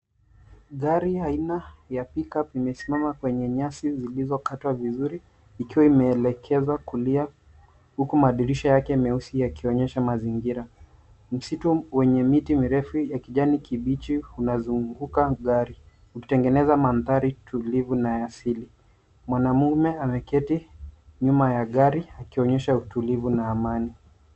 Gari aina ya pikapu limesimama kwenye nyasi zilizokatwa vizuri. Ikiwa imeelekezwa kulia huku madirisha yake meusi yakionyesha mazingira. Msitu wenye miti mirefu ya kijani kibichi hunazunguka gari ikitengeneza mandhari tulivyo na ya asili. Mwanamume ameketi nyuma ya gari akionyesha utulivu na amani.